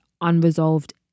unresolved